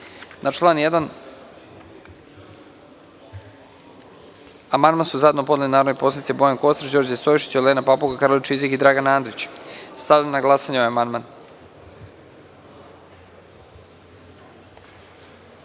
na član 7.